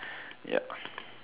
ya